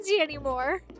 anymore